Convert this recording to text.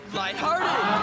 lighthearted